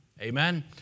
amen